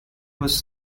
was